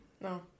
No